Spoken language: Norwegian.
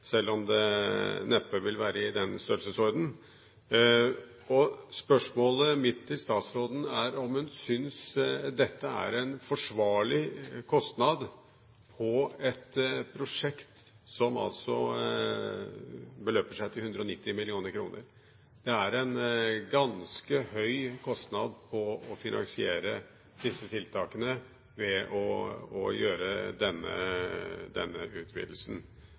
selv om det neppe vil være i den størrelsesorden. Spørsmålet mitt til statsråden er om hun syns dette er en forsvarlig kostnad på et prosjekt som beløper seg til 190 mill. kr. Det er en ganske høy kostnad på å finansiere disse tiltakene ved å gjøre denne utvidelsen.